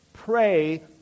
Pray